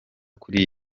kuri